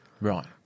Right